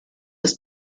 das